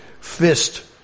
fist